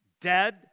dead